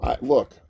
Look